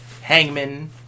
Hangman